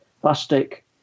plastic